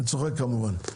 אני צוחק, כמובן.